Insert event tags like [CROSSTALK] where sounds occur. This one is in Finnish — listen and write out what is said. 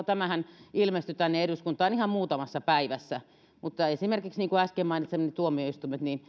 [UNINTELLIGIBLE] tämähän ilmestyi tänne eduskuntaan ihan muutamassa päivässä mutta esimerkiksi niin kuin äsken mainitsin tuomioistuimille